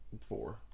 Four